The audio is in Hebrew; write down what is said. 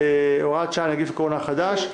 (הוראת שעה, נגיף קורונה החדש),